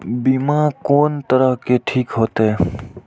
बीमा कोन तरह के ठीक होते?